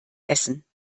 essen